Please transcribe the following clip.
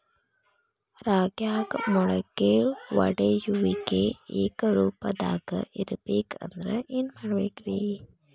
ರಾಗ್ಯಾಗ ಮೊಳಕೆ ಒಡೆಯುವಿಕೆ ಏಕರೂಪದಾಗ ಇರಬೇಕ ಅಂದ್ರ ಏನು ಮಾಡಬೇಕ್ರಿ?